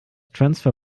transfer